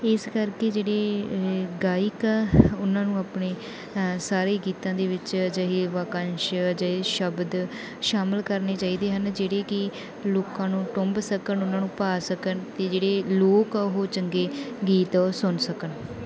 ਇਸ ਕਰਕੇ ਜਿਹੜੇ ਗਾਇਕ ਆ ਉਹਨਾਂ ਨੂੰ ਆਪਣੇ ਸਾਰੇ ਗੀਤਾਂ ਦੇ ਵਿੱਚ ਅਜਿਹੇ ਵਾਕੰਸ਼ ਅਜਿਹੇ ਸ਼ਬਦ ਸ਼ਾਮਿਲ ਕਰਨੇ ਚਾਹੀਦੇ ਹਨ ਜਿਹੜੇ ਕਿ ਲੋਕਾਂ ਨੂੰ ਟੁੰਬ ਸਕਣ ਉਹਨਾਂ ਨੂੰ ਭਾਅ ਸਕਣ ਅਤੇ ਜਿਹੜੇ ਲੋਕ ਹੈ ਉਹ ਚੰਗੇ ਗੀਤ ਉਹ ਸੁਣ ਸਕਣ